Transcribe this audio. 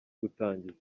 gutangiza